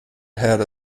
had